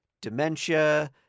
dementia